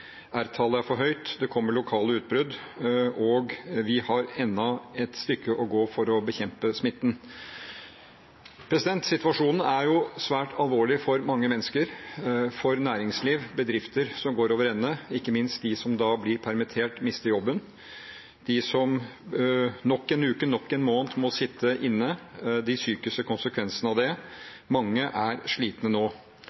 er for høyt, det kommer lokale utbrudd, og vi har ennå et stykke å gå for å bekjempe smitten. Situasjonen er svært alvorlig for mange mennesker, for næringsliv, for bedrifter som går over ende, og ikke minst for dem som blir permittert, som mister jobben, og for dem som nok en uke og nok en måned må sitte inne, med de psykiske konsekvensene av det.